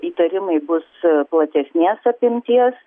įtarimai bus platesnės apimties